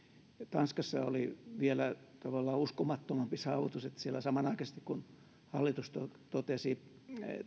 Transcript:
tanskassa oli tavallaan vielä uskomattomampi saavutus että siellä samanaikaisesti kun hallitus totesi